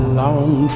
long